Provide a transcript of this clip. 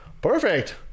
perfect